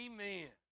Amen